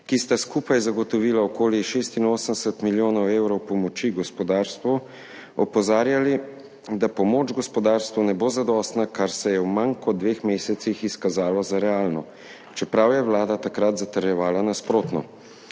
ki sta skupaj zagotovila okoli 86 milijonov evrov pomoči gospodarstvu, opozarjali, da pomoč gospodarstvu ne bo zadostna, kar se je v manj kot dveh mesecih izkazalo za realno, čeprav je vlada takrat zatrjevala nasprotno.